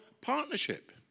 partnership